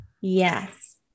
Yes